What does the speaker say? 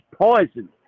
poison